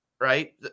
Right